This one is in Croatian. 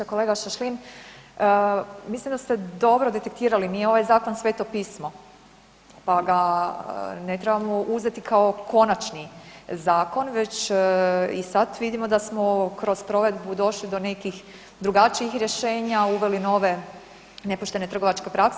Kolega Šašlin, mislim da ste dobro detektirali, nije ovaj zakon Sveto pismo pa ga ne trebamo uzeti kao konačni zakon već i sad vidimo da smo kroz provedbu došli do nekih drugačijih rješenja, uveli nove nepoštene trgovačke prakse.